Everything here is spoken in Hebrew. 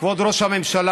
כבוד ראש הממשלה,